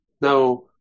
Now